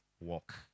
walk